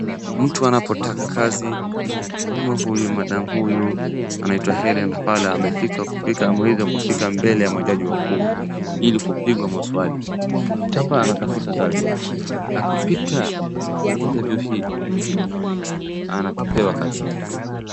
Mtu anapotaka kazi kama huyu madam huyu, anaitwa Helene Rafaela ameweza kufika mbele ya majaji wakuu ili kupigwa maswali, hapa anatafuta kazi, akipita interview hii anapewa kazi.